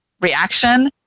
reaction